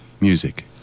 music